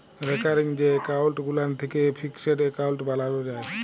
recurring যে account গুলান থ্যাকে ফিকসেড এক্কাউল্ট বালালো যায়